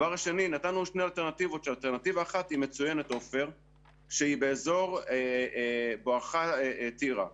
נתנו שתי אלטרנטיבות כאשר אלטרנטיבה אחת היא מצוינת והיא בואך טירה.